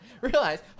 realize